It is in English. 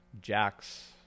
jacks